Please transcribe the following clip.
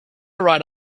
right